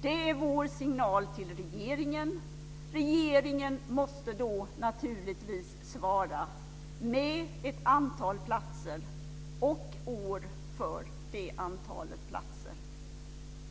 Det är vår signal till regeringen. Regeringen måste då naturligtvis svara med ett antal platser och år för detta antal platser.